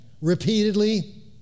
repeatedly